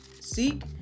seek